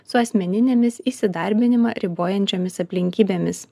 su asmeninėmis įsidarbinimą ribojančiomis aplinkybėmis